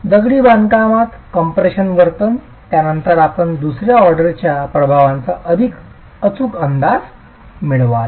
दगडी बांधकाम कॉम्प्रेशन वर्तन त्यानंतर आपण दुसर्या ऑर्डरच्या प्रभावांचा अधिक अचूक अंदाज मिळवाल